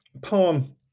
poem